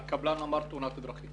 והקבלן אמר שזה תאונת דרכים.